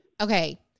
Okay